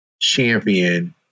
champion